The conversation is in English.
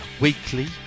weekly